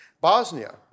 Bosnia